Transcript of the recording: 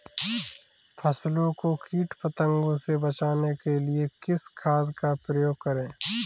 फसलों को कीट पतंगों से बचाने के लिए किस खाद का प्रयोग करें?